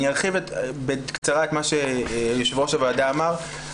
אני ארחיב בקצרה את מה שיו"ר הוועדה אמר.